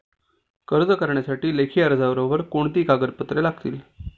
कर्ज करण्यासाठी लेखी अर्जाबरोबर कोणती कागदपत्रे लागतील?